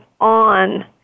on